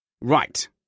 Right